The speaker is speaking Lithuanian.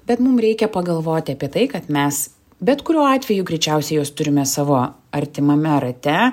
bet mum reikia pagalvoti apie tai kad mes bet kuriuo atveju greičiausiai juos turime savo artimame rate